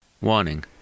Warning